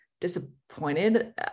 disappointed